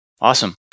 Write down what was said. Awesome